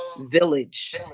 village